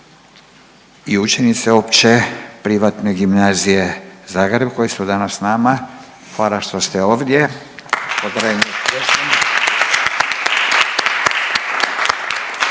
i učenice opće privatne gimnazije Zagreb koji su danas sa nama. Hvala što ste ovdje.